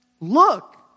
Look